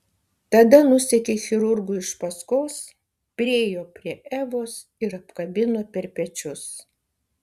tada nusekė chirurgui iš paskos priėjo prie evos ir apkabino per pečius